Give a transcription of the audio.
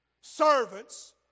servants